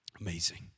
Amazing